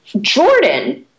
Jordan